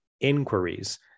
inquiries